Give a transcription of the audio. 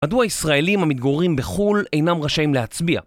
מדוע הישראלים המתגוררים בחול אינם ראשיים להצביע